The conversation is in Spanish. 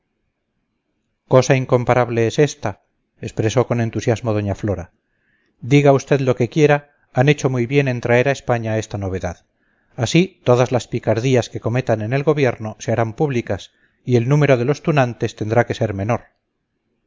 cosa incomparable es esta expresó con entusiasmo doña flora diga usted lo que quiera han hecho muy bien en traer a españa esta novedad así todas las picardías que cometan en el gobierno se harán públicas y el número de los tunantes tendrá que ser menor